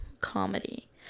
comedy